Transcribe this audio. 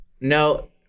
No